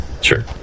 Sure